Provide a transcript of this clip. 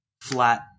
flat